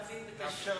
נאזין בקשב.